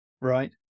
Right